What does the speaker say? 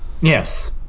Yes